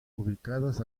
ubicados